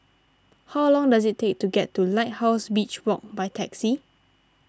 how long does it take to get to Lighthouse Beach Walk by taxi